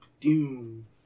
Doom